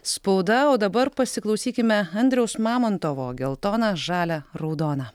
spauda o dabar pasiklausykime andriaus mamontovo geltona žalia raudona